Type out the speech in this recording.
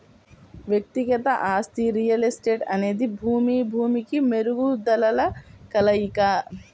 వ్యక్తిగత ఆస్తి రియల్ ఎస్టేట్అనేది భూమి, భూమికి మెరుగుదలల కలయిక